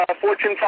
Fortune